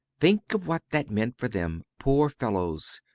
think of what that meant for them, poor fellows!